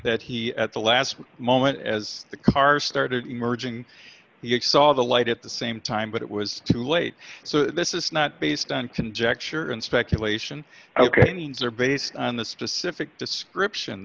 that he at the last moment as the car started emerging the ex all the light at the same time but it was too late so this is not based on conjecture and speculation ok endings are based on the specific description